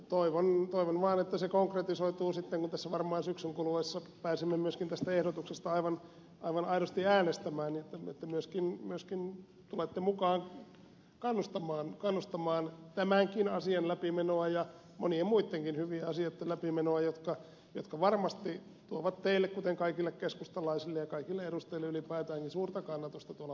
toivon vaan että se konkretisoituu sitten kun tässä varmaan syksyn kuluessa pääsemme myöskin tästä ehdotuksesta aivan aidosti äänestämään että myöskin tulette mukaan kannustamaan tämänkin asian läpimenoa ja monien muittenkin hyvien asioitten läpimenoa jotka varmasti tuovat teille kuten kaikille keskustalaisille ja kaikille edustajille ylipäätäänkin suurta kannatusta tuolla vaalikentillä